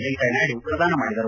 ವೆಂಕಯ್ಯ ನಾಯ್ನು ಪ್ರದಾನ ಮಾಡಿದರು